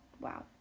wow